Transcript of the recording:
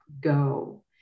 go